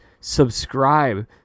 subscribe